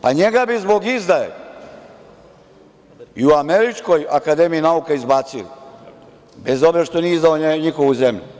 Pa, njega bi zbog izdaje i u američkoj akademiji nauka izbacili, bez obzira što nije izdao njihovu zemlju.